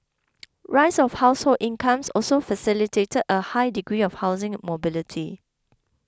rise of household incomes also facilitated a high degree of housing mobility